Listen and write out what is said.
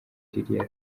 ririya